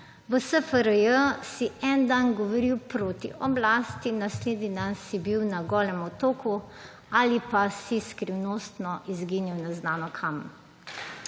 v SFRJ si en dan govoril proti oblasti, naslednji dan si bil na Golem otoku ali pa si skrivnostno izginil neznano kam.